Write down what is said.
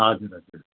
हजुर हजुर